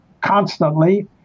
constantly